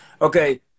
Okay